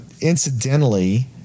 incidentally